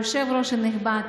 "היושב-ראש הנכבד".